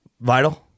Vital